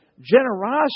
generosity